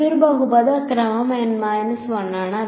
ഇത് ഒരു ബഹുപദ ക്രമം N 1 ആണ്